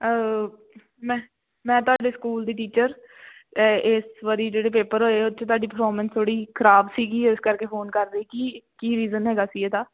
ਮੈਂ ਮੈਂ ਤੁਹਾਡੇ ਸਕੂਲ ਦੀ ਟੀਚਰ ਇਸ ਵਾਰੀ ਜਿਹੜੇ ਪੇਪਰ ਹੋਏ ਉਹ 'ਚ ਤੁਹਾਡੀ ਪ੍ਰਫੋਰਮੈਂਸ ਥੋੜ੍ਹੀ ਖ਼ਰਾਬ ਸੀਗੀ ਇਸ ਕਰਕੇ ਫ਼ੋਨ ਕਰ ਰਹੀ ਕੀ ਕੀ ਰੀਜਨ ਹੈਗਾ ਸੀ ਇਹਦਾ